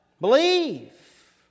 Believe